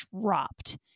dropped